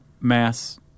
mass